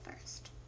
first